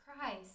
Christ